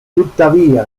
tuttavia